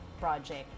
project